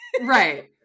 Right